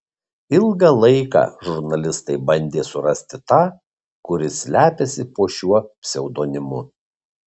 ilgą laiką žurnalistai bandė surasti tą kuris slepiasi po šiuo pseudonimu